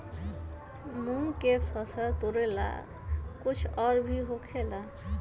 मूंग के फसल तोरेला कुछ और भी होखेला?